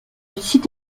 site